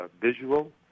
visual